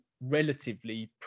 relatively